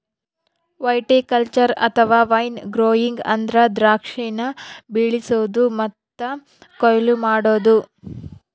viticulture ಅಥವಾ vine growing ಅಂದ್ರ ದ್ರಾಕ್ಷಿನ ಬೆಳಿಸೊದು ಮತ್ತೆ ಕೊಯ್ಲು ಮಾಡೊದು